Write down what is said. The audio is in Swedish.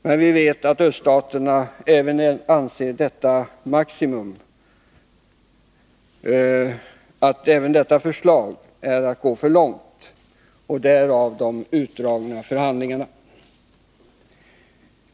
Men vi vet att öststaterna anser att även detta förslag är att gå för långt — därav de utdragna förhandlingarna.